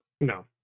No